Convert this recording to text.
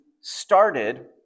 started